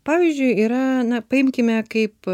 pavyzdžiui yra na paimkime kaip